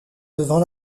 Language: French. devant